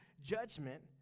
judgment